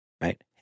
Right